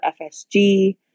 FSG